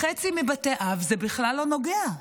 לחצי מבתי האב זה בכלל לא נוגע?